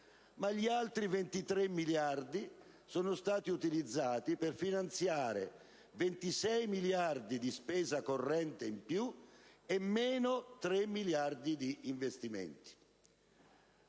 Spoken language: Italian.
i restanti 23 miliardi sono stati utilizzati per finanziare 26 miliardi di spesa corrente in più e 3 miliardi di investimenti